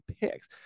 picks